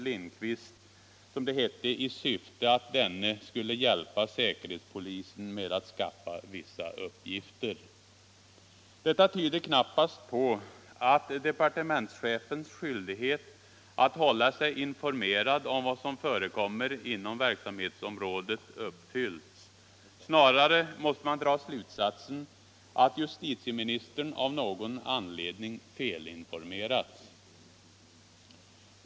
Lindqvist, som det hette, ”i syfte att denne skulle hjälpa säkerhetspolisen med att skaffa vissa uppgifter.” Detta tyder knappast på att departementschefens skyldighet att hålla sig informerad om vad som förekommer inom verksamhetsområdet uppfylls. Snarare måste man dra slutsatsen att justitieministern av någon anledning felinformerats.